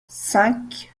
cinq